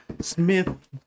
Smith